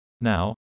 Now